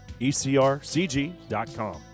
ecrcg.com